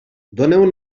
doneu